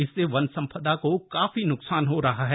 इससे वन संपदा को काफी न्कसान हो रहा है